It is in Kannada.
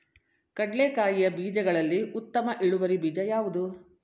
ಕಡ್ಲೆಕಾಯಿಯ ಬೀಜಗಳಲ್ಲಿ ಉತ್ತಮ ಇಳುವರಿ ಬೀಜ ಯಾವುದು?